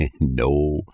No